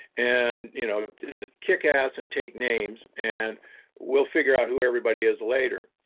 and you know to kick ass, and take names, and we'll figure out who everybody is later.